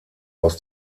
aus